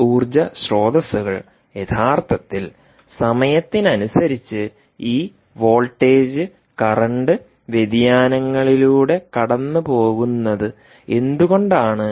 ഈ ഊർജ്ജ സ്രോതസ്സുകൾ യഥാർത്ഥത്തിൽ സമയത്തിനനുസരിച്ച് ഈ വോൾട്ടേജ് കറന്റ് voltagecurrentവ്യതിയാനങ്ങളിലൂടെ കടന്നുപോകുന്നത് എന്തുകൊണ്ടാണ്